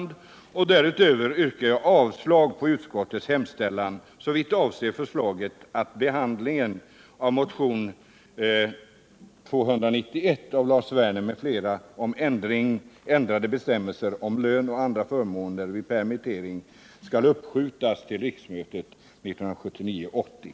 Därutöver yrkar jag avslag på utskottets hemställan såvitt avser förslaget, att behandlingen av motion nr 291 av Lars Werner m.fl. om